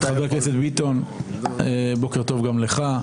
שלום וברכה, חבר הכנסת ביטון, בוקר טוב גם לך.